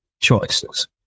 choices